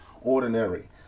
Ordinary